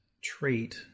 trait